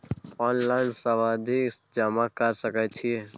Online सावधि जमा कर सके छिये?